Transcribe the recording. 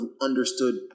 understood